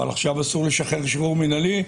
אבל עכשיו אסור לשחרר שחרור מינהלי,